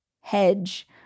hedge